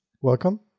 welcome